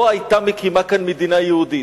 לא היתה מקימה כאן מדינה יהודית.